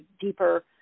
deeper